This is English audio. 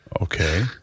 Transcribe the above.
Okay